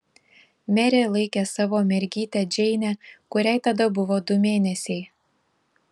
merė laikė savo mergytę džeinę kuriai tada buvo du mėnesiai